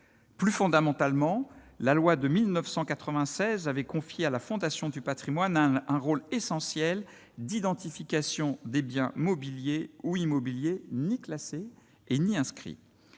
plus fondamentalement, la loi de 1996 avait confié à la Fondation du Patrimoine, a un rôle essentiel d'identification des biens mobiliers ou immobiliers ni classé et ni inscrit,